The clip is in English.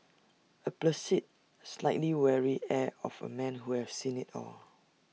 A placid slightly weary air of A man who has seen IT all